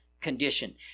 condition